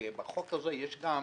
כי בחוק הזה יש גם